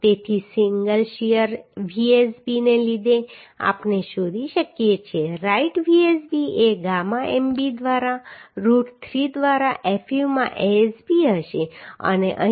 તેથી single shear Vsb ને લીધે આપણે શોધી શકીએ છીએ રાઇટ Vsb એ ગામા mb દ્વારા રૂટ 3 દ્વારા fu માં Asb હશે